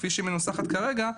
כפי שהיא מנוסחת כרגע,